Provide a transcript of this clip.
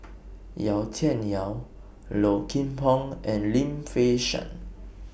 Yau Tian Yau Low Kim Pong and Lim Fei Shen